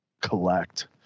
collect